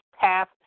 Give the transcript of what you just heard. path